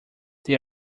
they